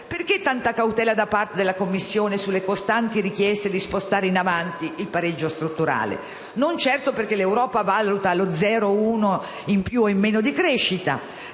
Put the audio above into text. perché tanta cautela da parte della Commissione sulle costanti richieste di spostare in avanti il pareggio strutturale? Non certo perché l'Europa valuta lo 0,1 per cento in più o in meno di crescita.